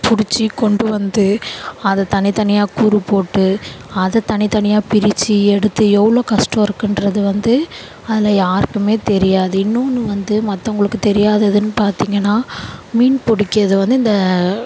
பிடிச்சி கொண்டு வந்து அதை தனி தனியாக கூறு போட்டு அதை தனி தனியாக பிரித்து எடுத்து எவ்வளோ கஷ்டம் இருக்குங்றது வந்து அதில் யாருக்குமே தெரியாது இன்னொன்று வந்து மற்றவங்களுக்கு தெரியாததுன்னு பார்த்தீங்கன்னா மீன் பிடிக்கிறத வந்து இந்த